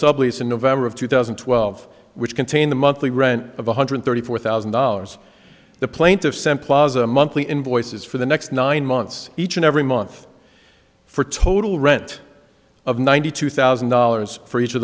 sublease in november of two thousand and twelve which contained the monthly rent of one hundred thirty four thousand dollars the plaintiff sent plaza monthly invoices for the next nine months each and every month for total rent of ninety two thousand dollars for each of